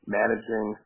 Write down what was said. managing